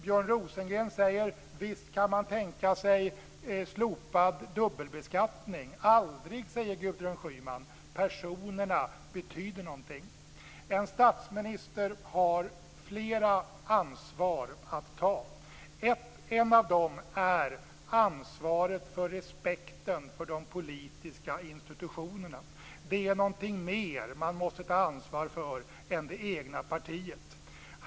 Björn Rosengren säger att man visst kan tänka sig slopad dubbelbeskattning. Aldrig, säger Gudrun Schyman. Personerna betyder någonting. En statsminister har flera ansvar att ta. Ett av dem är ansvaret för respekten för de politiska institutionerna. Det är någonting mer man måste ta ansvar för än det egna partiet.